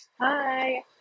Hi